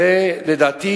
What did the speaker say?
לדעתי